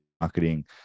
marketing